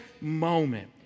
moment